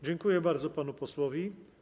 Dziękuję bardzo panu posłowi.